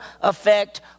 effect